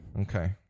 okay